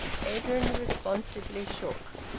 edwin responsively shook.